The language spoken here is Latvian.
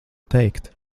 teikt